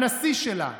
הנשיא שלה,